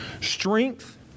Strength